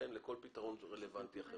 זה כך, אני זורם אתכם לכל פתרון רלוונטי אחר.